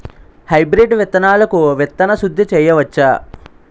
Hybrid విత్తనాలకు విత్తన శుద్ది చేయవచ్చ?